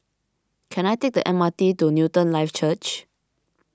can I take the M R T to Newton Life Church